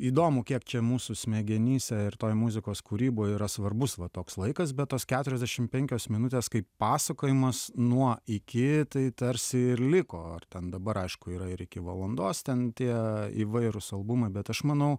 įdomu kiek čia mūsų smegenyse ir toj muzikos kūryboj yra svarbus va toks laikas be tos keturiasdešimt penkios minutės kaip pasakojimas nuo iki tai tarsi ir liko ar ten dabar aišku yra ir iki valandos ten tie įvairūs albumai bet aš manau